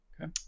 Okay